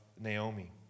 Naomi